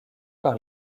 par